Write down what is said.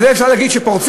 על זה אפשר להגיד שפורצים?